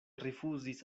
rifuzis